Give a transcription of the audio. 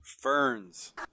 Ferns